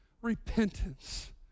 repentance